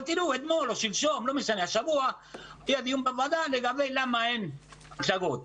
אבל תראו, השבוע היה דיון בוועדה למה אין הצגות.